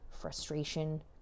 frustration